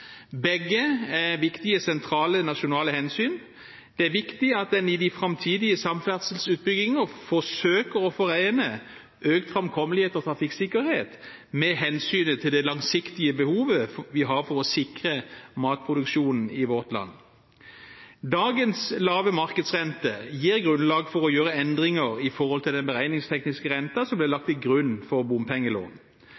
Begge er viktige sentrale og nasjonale hensyn. Det er viktig at en i framtidige samferdselsutbygginger forsøker å forene økt framkommelighet og trafikksikkerhet med hensynet til det langsiktige behovet vi har for å sikre matproduksjonen i vårt land. Dagens lave markedsrente gir grunnlag for å gjøre endringer i forhold til den beregningstekniske renten som ble lagt til grunn for